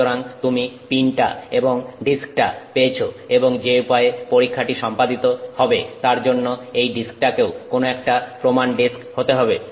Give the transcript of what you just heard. সুতরাং তুমি পিনটা এবং ডিস্কটা পেয়েছো এবং যে উপায়ে পরীক্ষাটি সম্পাদিত হবে তার জন্য এই ডিস্কটাকেও কোন একটা প্রমাণ ডিস্ক হতে হবে